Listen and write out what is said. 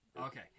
okay